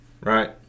right